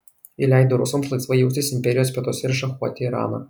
ji leido rusams laisvai jaustis imperijos pietuose ir šachuoti iraną